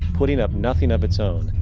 putting up nothing of it's own,